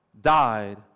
died